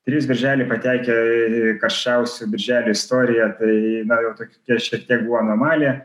trys birželiai patekę ir karščiausių birželių istoriją tai na jau tokia šiek tiek buvo anomalija